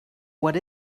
what